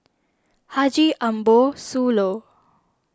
Haji Ambo Sooloh